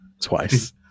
twice